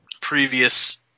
previous